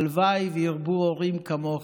הלוואי שירבו הורים כמוך.